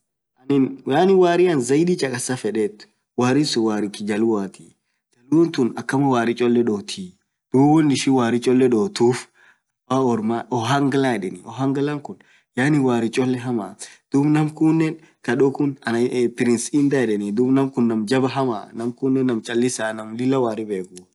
yaani anin warii ann zaidii chakassa feed warii kijaluoat duub tuun akaama warii cholle dotii won ishin warii chole dotuuf affan orma ohanglaa eden warii cholle hamaa duub nam kuunen chriss hinder edeen naam jabaa hamaa.